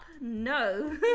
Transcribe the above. No